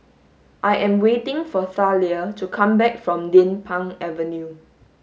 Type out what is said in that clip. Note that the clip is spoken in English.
I am waiting for Thalia to come back from Din Pang Avenue